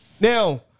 Now